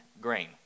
grain